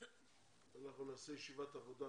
אנחנו נעשה ישיבת עבודה,